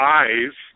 eyes